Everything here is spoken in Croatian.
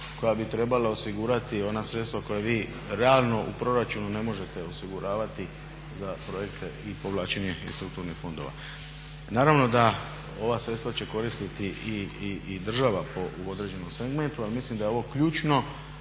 koja bi trebala osigurati ona sredstva koja vi realno u proračunu ne možete osiguravati za projekte i povlačenje iz strukturnih fondova. Naravno da ova sredstva će koristiti i država u određenom segmentu, a mislim da je ovo ključno